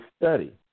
study